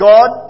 God